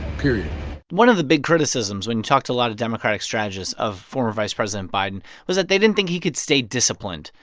period one of the big criticisms, when you talk to a lot of democratic strategists, of former vice president biden was that they didn't think he could stay disciplined,